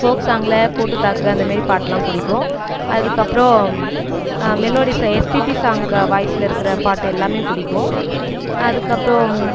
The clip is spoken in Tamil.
ஃபோக் சாங்கில் போட்டு தாக்கு அந்த மாரி பாட்டெலாம் பிடிக்கும் அதுக்கப்புறம் மெலோடிஸ் எஸ்பிபி சாங் க வாய்ஸில் இருக்கிற பாட்டு எல்லாமே பிடிக்கும் அதுக்கப்புறம்